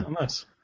nice